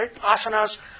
Asanas